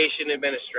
administration